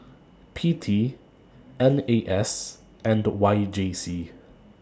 P T N A S and Y J C